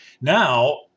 Now